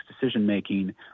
decision-making